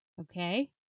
okay